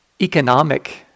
economic